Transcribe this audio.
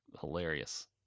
hilarious